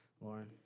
Lauren